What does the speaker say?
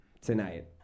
tonight